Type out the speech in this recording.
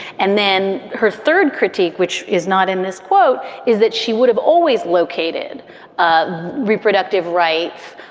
and then her third critique, which is not in this quote, is that she would have always located um reproductive rights,